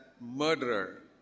murderer